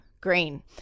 Green